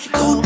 go